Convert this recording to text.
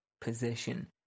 position